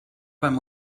beim